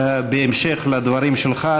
בהמשך לדברים שלך,